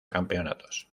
campeonatos